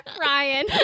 Ryan